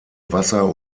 wasser